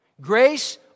Grace